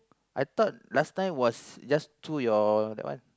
I thought last time was just through your that one